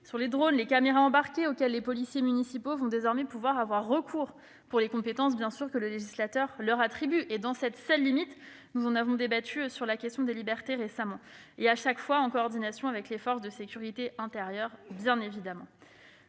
sur les drones et les caméras embarquées, auxquels les policiers municipaux vont désormais pouvoir avoir recours pour les compétences que le législateur leur attribue, dans cette seule limite- nous en avons débattu en évoquant les libertés récemment -, et évidemment à chaque fois en coordination avec les forces de sécurité intérieure. Confiance